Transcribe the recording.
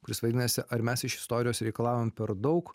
kuris vadinasi ar mes iš istorijos reikalaujam per daug